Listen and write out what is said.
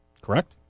Correct